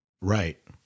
Right